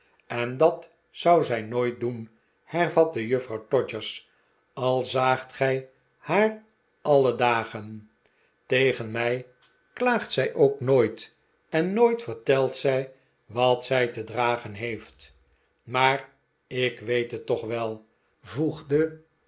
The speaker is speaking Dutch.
en dat zou zij nooit doen hervatte juffrouw todgers al zaagt gij haar alle dagen tegen mij klaagt zij ook nooit en nooit vertelt zij wat zij te dragen heeft maar ik weet het toch wel vroegde